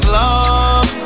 love